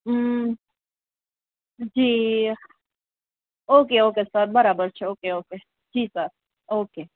હં જી okay okay sir બરાબર છે ઓકે ઓકે જી સર ઓકે